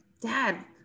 Dad